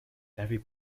every